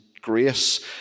grace